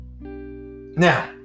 Now